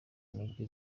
mujyi